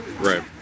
Right